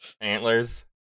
antlers